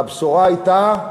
והבשורה הייתה: